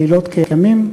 לילות כימים?